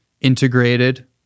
integrated